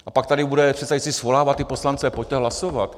A pak tady bude předsedající svolávat ty poslance: pojďte hlasovat.